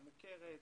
היא מוכרת,